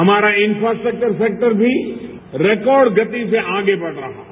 हमारा infrastructure sector भी record गति से आगे बढ़ रहा है